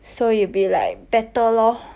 so you'll be like better lor